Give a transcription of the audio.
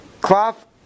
cloth